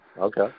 Okay